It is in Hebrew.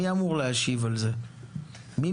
מי אמור להשיב על זה?